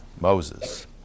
Moses